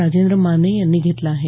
राजेंद्र माने यांनी घेतला आहे